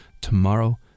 tomorrow